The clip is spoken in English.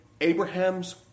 Abraham's